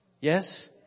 Yes